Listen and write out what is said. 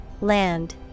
Land